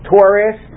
Taurus